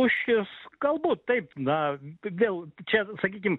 lūšis galbūt taip na vėl čia sakykim